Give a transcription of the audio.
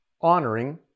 honoring